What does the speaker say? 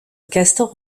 castor